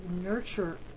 nurture